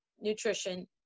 nutrition